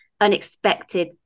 unexpected